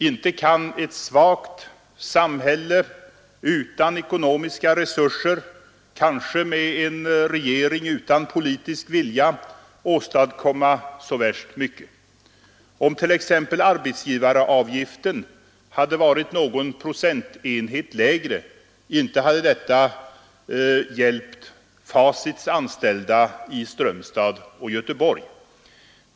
Inte kan ett svagt utvecklat samhälle utan ekonomiska resurser, kanske med en regering utan politisk vilja, åstadkomma så värst mycket. Om t.ex. arbetsgivaravgiften hade varit någon procentenhet lägre, inte hade detta hjälpt Facits anställda i Strömstad och Göteborg.